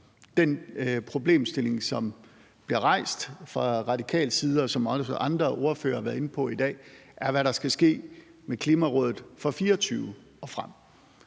Den problemstilling, som bliver rejst fra radikal side, og som også andre ordførere har været inde på i dag, er, hvad der skal ske med Klimarådet fra 2024 og frem.